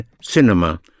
cinema